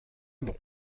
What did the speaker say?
bon